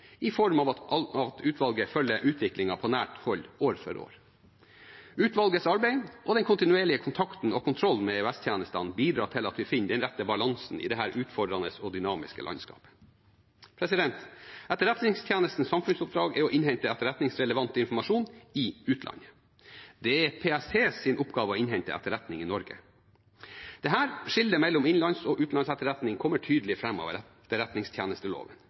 i form av at utvalget følger utviklingen på nært hold år for år. Utvalgets arbeid og den kontinuerlige kontakten og kontrollen med EOS-tjenestene bidrar til at vi finner den rette balansen i dette utfordrende og dynamiske landskapet. Etterretningstjenestens samfunnsoppdrag er å innhente etterretningsrelevant informasjon i utlandet. Det er PSTs oppgave å innhente etterretning i Norge. Dette skillet mellom innenlandsetterretning og utenlandsetterretning kommer tydelig fram av etterretningstjenesteloven.